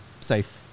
safe